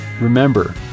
Remember